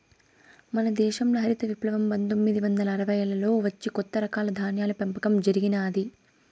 మన దేశంల హరిత విప్లవం పందొమ్మిది వందల అరవైలలో వచ్చి కొత్త రకాల ధాన్యాల పెంపకం జరిగినాది